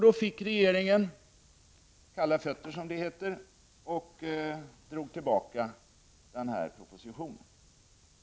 Då fick regeringen kalla fötter, som det heter, och drog tillbaka propositionen.